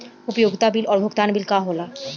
उपयोगिता बिल और भुगतान बिल का होला?